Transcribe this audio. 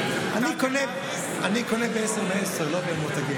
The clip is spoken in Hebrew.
אני קונה בעשר בעשר, לא במותגים.